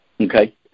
Okay